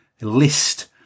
list